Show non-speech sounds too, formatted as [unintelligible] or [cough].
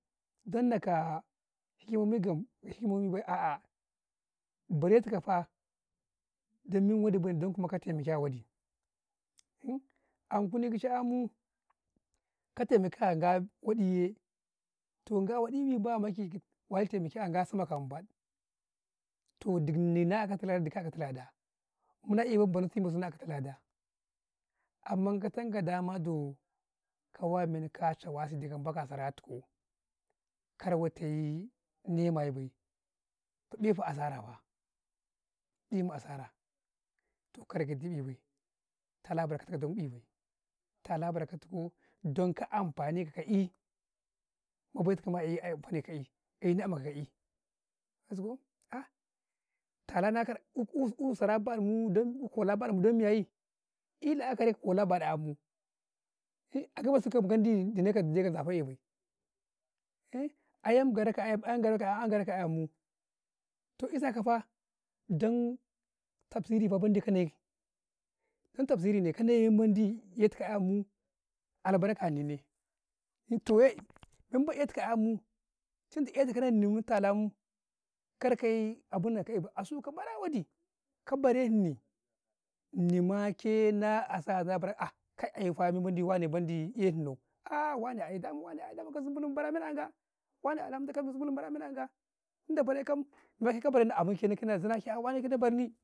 ﻿jan nakaa, gimi gam imi man gway a'a bare tuku faa, dan me waɗi bay dan kuma ka taimaki a waɗi [hesitation] an kuni kice ayam mu ka tai maki ga waɗi yee, toh ga waɗi ნi, ba mamaki wali taimaki an gaa samma gam baɗ, tohdinni na akata lada dukau ka akata lada, muna e baɗ na akata lada, amman ka tankau da ma dawaw, kawa men ka cawasi dikau-bakau, a sara tukoo, kar watay ne mayi bayi, ku ikau asara fa, emun asara toh kar kadi'eh bay, tala bar ka tuku dan ka amfani ka ka'ii, ma bai tika maa eh amfani ko ka'i, eh ne an ka ka'i ɗaci koh [hesitation] tala na kara u'u sara ba ɗu, dan kola ba ɗu dan miyayii' ee la'akari ka kola baɗ u a'amuu, a gabesu ka wendi dane kau doi doi ka zafa ye bay [hesitation] ayam gaɗa ka a yam, ayam gaɗaka ayam, ayam gaɗ aka ayam muu, to isa faa, dan tafsirifa wendi ka ne, kau dan tafsirine, ka ne mendi ya tuko ammuu, albarka nini ne [unintelligible] toh, way men mai yetuka ammuu, cinta eh tukau na ini yee tala amun, kar baye abun nan ka'eh bay, asu ka bara wa ɗi ka bare Nni, Nni make na asa nabara [hesitation] kai aye ma, ai mendi ma wane eh Nau [hesitation] wane ay dama wane ka zumbulum bare men an ga, wane alhamdu ka' zumbulu bara men an ga, tunda bare kau, bare kau abu niki na zinaa ke wane ke barnii.